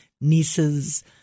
nieces –